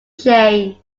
chain